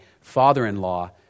father-in-law